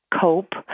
cope